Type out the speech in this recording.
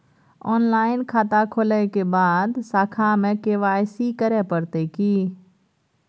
Online खाता खोलै के बाद शाखा में के.वाई.सी करे परतै की?